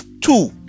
two